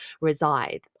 reside